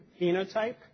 phenotype